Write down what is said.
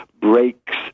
breaks